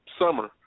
summer